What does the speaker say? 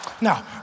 Now